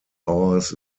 hours